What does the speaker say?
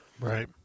right